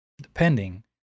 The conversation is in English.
depending